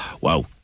Wow